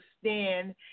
stand